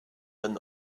and